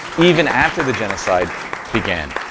even after the genocide began,